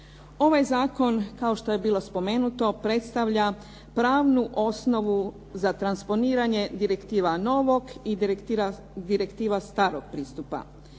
Ovaj zakon kao što je bilo spomenuto predstavlja pravnu osnovu za transponiranje direktiva novog i direktiva starog pristupa